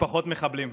משפחות מחבלים,